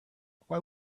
why